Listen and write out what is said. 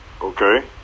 Okay